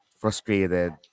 frustrated